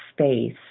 space